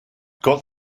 got